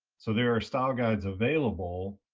so there are style guides available.